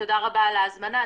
תודה רבה על ההזמנה.